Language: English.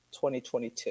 2022